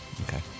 Okay